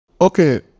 Okay